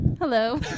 Hello